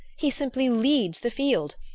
he simply leads the field!